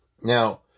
Now